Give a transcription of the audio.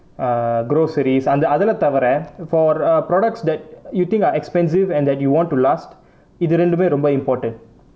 ah groceries அந்த அதுல்லாம் தவரை:antha athullam thavarai for products that you think are expensive and that you want to last இது இரண்டுமே ரொம்ப:ithu rendumae romba important